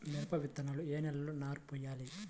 మిరప విత్తనాలు ఏ నెలలో నారు పోయాలి?